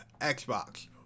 Xbox